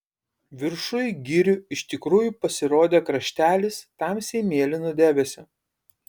viršuj girių iš tikrųjų pasirodė kraštelis tamsiai mėlyno debesio